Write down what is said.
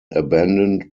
abandoned